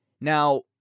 Now